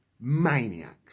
maniacs